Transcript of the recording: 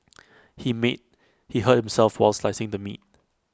he meet he hurt himself while slicing the meat